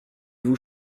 vous